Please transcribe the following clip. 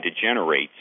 degenerates